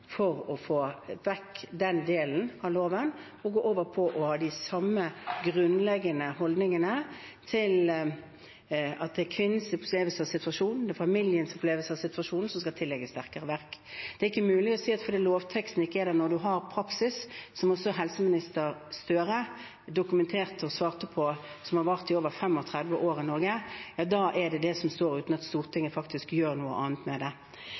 for å få vekk den delen av loven og gå over til å ha den grunnleggende holdningen om at det er kvinnens opplevelse av situasjonen, familiens opplevelse av situasjonen, som skal tillegges sterkere vekt. Det er ikke mulig å si at lovteksten ikke er der når man har en praksis – som også helseminister Støre dokumenterte og svarte på – som har vart i over 35 år i Norge, for det er det som står, som gjelder, hvis ikke Stortinget faktisk gjør noe med det.